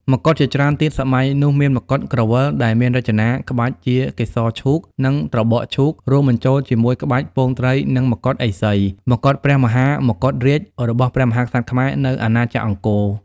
មកុដជាច្រើនទៀតសម័យនោះមានមកុដក្រវិលដែលមានរចនាក្បាច់ជាកេសរឈូក និងត្របកឈូករួមបញ្ចូលជាមួយក្បាច់ពងត្រីនិងមកុដឥសី មកុដព្រះមហាកុដរាជរបស់ព្រះមហាក្សត្រខ្មែរនៅអាណាចក្រអង្គរ។